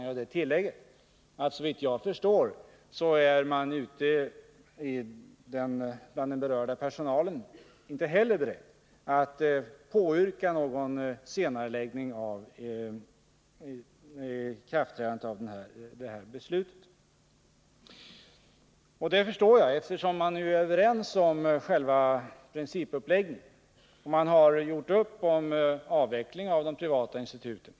Jag vill gärna tillägga att såvitt jag förstår är inte heller den berörda personalen beredd att påyrka någon senareläggning av ikraftträdandet. Vi är ju överens om själva principuppläggningen. Sedan en tid tillbaka är det uppgjort om avveckling av de privata instituten.